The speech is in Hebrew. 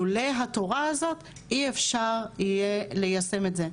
לולא התורה הזאת, אי אפשר יהיה ליישם את זה.